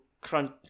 crunch